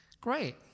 Great